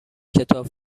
کتاب